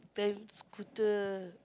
then scooter